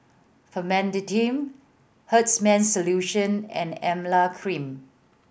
Famotidine Hartman's Solution and Emla Cream